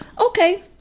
Okay